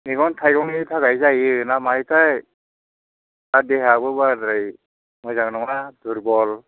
मैगं थाइगंनि थाखाय जायो ना मायोथाय आरो देहायाबो बाराद्राय मोजां नङा दुरबल